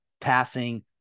passing